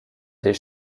des